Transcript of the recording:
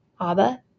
Abba